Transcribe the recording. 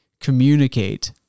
communicate